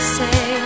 say